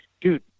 dude